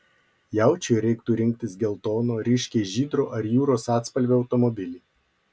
jaučiui reiktų rinktis geltono ryškiai žydro ar jūros atspalvio automobilį